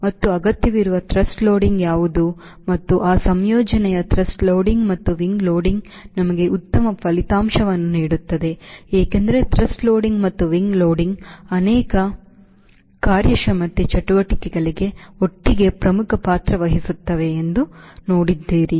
ಮತ್ತು ಅಗತ್ಯವಿರುವ thrust loading ಯಾವುದು ಮತ್ತು ಆ ಸಂಯೋಜನೆಯ ಥ್ರಸ್ಟ್ ಲೋಡಿಂಗ್ ಮತ್ತು ವಿಂಗ್ ಲೋಡಿಂಗ್ ನಿಮಗೆ ಉತ್ತಮ ಫಲಿತಾಂಶವನ್ನು ನೀಡುತ್ತದೆ ಏಕೆಂದರೆ ಥ್ರಸ್ಟ್ ಲೋಡಿಂಗ್ ಮತ್ತು ವಿಂಗ್ ಲೋಡಿಂಗ್ ಅನೇಕ ಅನೇಕ ಕಾರ್ಯಕ್ಷಮತೆ ಚಟುವಟಿಕೆಗಳಿಗೆ ಒಟ್ಟಿಗೆ ಪ್ರಮುಖ ಪಾತ್ರ ವಹಿಸುತ್ತದೆ ಎಂದು ನೀವು ನೋಡಿದ್ದೀರಿ